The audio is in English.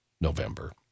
November